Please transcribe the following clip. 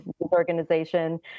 organization